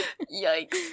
Yikes